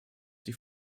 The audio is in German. die